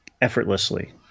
effortlessly